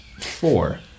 Four